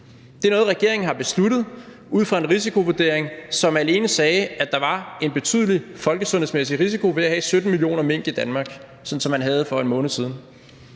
Det er noget, regeringen har besluttet ud fra en risikovurdering, som alene sagde, at der var en betydelig folkesundhedsmæssig risiko ved at have 17 millioner mink i Danmark, sådan som man havde for en måned siden.